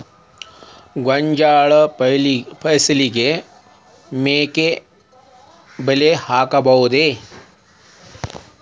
ಗೋಂಜಾಳ ಫಸಲಿಗೆ ಮೋಹಕ ಬಲೆ ಹಾಕಬಹುದೇ?